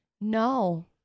No